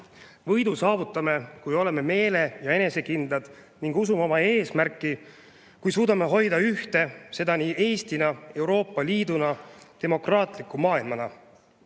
Võidu saavutame siis, kui oleme meele- ja enesekindlad ning usume oma eesmärki, kui suudame hoida ühte, seda nii Eestina, Euroopa Liiduna kui ka kogu demokraatliku maailmana.